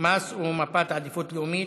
המס ומפת העדיפות הלאומית,